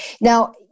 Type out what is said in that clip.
Now